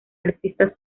artistas